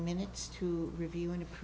minutes to review and